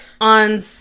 on